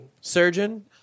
Surgeon